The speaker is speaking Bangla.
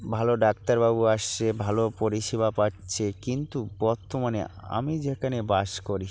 ভালো ডাক্তারবাবু আসছে ভালো পরিষেবা পাচ্ছে কিন্তু বর্তমানে আমি যেখানে বাস করি